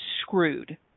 screwed